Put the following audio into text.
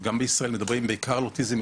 שגם בישראל מדברים בעיקר על אוטיזם.